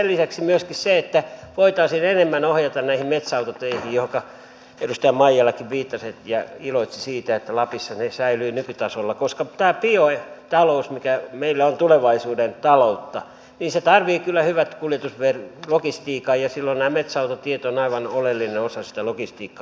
ja sen lisäksi myöskin voitaisiin enemmän ohjata näihin metsäautoteihin joihinka edustaja maijalakin viittasi ja iloitsi siitä että lapissa ne säilyvät nykytasolla koska tämä biotalous mikä meillä on tulevaisuuden taloutta tarvitsee kyllä hyvän kuljetuslogistiikan ja silloin nämä metsäautotiet ovat aivan oleellinen osa sitä logistiikkaa